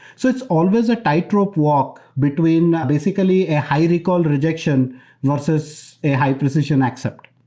so it's always a tightrope walk between basically a high recall rejection versus a high precision accept.